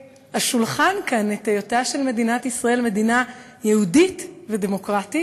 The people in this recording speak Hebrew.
השולחן כאן את היותה של מדינת ישראל מדינה יהודית ודמוקרטית,